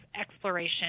exploration